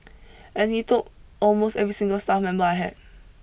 and he took almost every single staff member I had